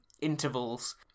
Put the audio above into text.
intervals